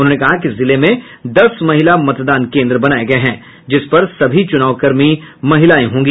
उन्होंने कहा कि जिले में दस महिला मतदान केन्द्र बनाये गये हैं जिस पर सभी चुनाव कर्मी महिलाएं होंगी